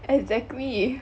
exactly